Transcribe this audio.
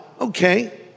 Okay